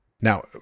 now